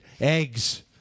Eggs